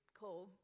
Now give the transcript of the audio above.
cool